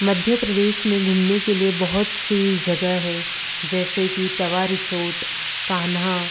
मध्य प्रदेश में घूमने के लिए बहुत सी जगह है जैसे कि तवा रिसोर्ट कान्हा